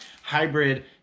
hybrid